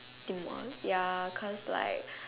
did more ya cause like